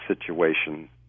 situation